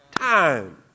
time